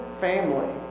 family